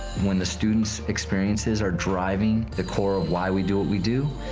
when the students' experiences are driving the core of why we do what we do,